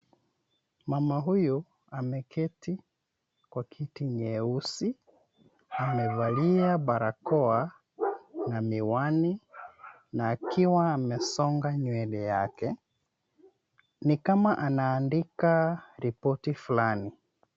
Mama huyu ameketi kwa kiti nyeusi , amevalia barakoa na miwani, na akiwa amesonga nywele yake ni kama anaandika ripoti fulani.